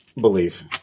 belief